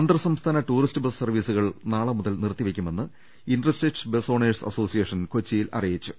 അന്തർ സംസ്ഥാന tourist bus സർവ്വീസുകൾ നാളെ മുതൽ നിർത്തിവെയ്ക്കുമെന്ന് inter state bus owners association കൊച്ചിയിൽ വ്യക്തമാക്കി